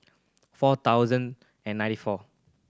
four thousand and ninety four